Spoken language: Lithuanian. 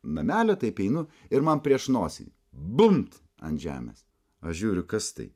namelio taip einu ir man prieš nosį bumbt ant žemės aš žiūriu kas tai